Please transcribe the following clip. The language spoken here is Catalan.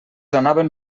anaven